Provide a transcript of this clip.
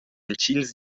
entgins